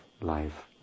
life